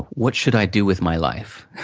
what should i do with my life?